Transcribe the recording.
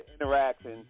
interaction